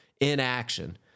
inaction